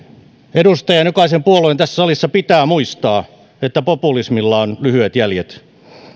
edustajan ja jokaisen puolueen tässä salissa pitää muistaa että populismilla on lyhyet jäljet